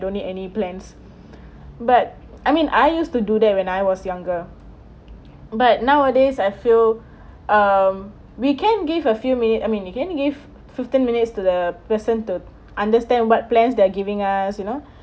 don't need any plans but I mean I used to do that when I was younger but nowadays I feel um we can give a few minute I mean you can give fifteen minutes to the person to understand what plans they're giving us you know